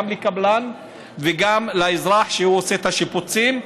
גם הקבלן וגם האזרח שעושה את השיפוצים.